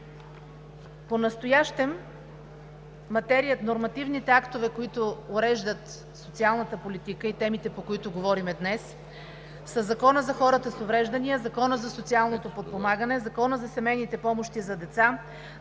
Понастоящем нормативните актове, които уреждат социалната политика, и темите, по които говорим днес, са Законът за хората с увреждания, Законът за социалното подпомагане, Законът за семейните помощи за деца,